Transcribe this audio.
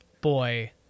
boy